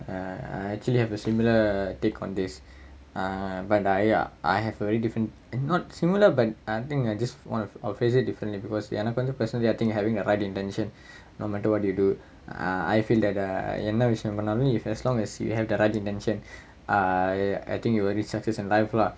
I actually have a similar take on this ah but I ya I have a very different not similar but I think I just one I'll phrase it differently because எனக்கு வந்து:enakku vanthu personaly I think having a right intention uh no matter what do you do ah I feel that err என்ன விஷயம் பண்ணாலும்:enna vishayam pannaalum as long as you have that intention I think you would be successful in life lah